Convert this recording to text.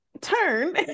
turn